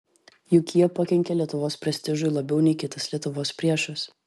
juk jie pakenkė lietuvos prestižui labiau nei kitas lietuvos priešas